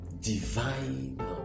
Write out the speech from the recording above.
divine